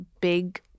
big